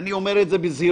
ואני אומר את זה בזהירות,